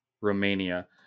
Romania